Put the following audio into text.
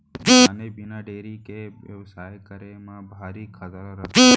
जाने बिना डेयरी के बेवसाय करे म भारी खतरा रथे